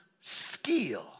skill